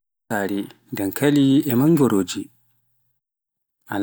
Saare dankali e monngorooje, al-